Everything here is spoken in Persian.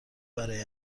برای